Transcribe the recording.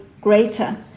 greater